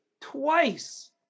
twice